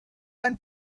einen